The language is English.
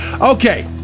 Okay